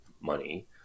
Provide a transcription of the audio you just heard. money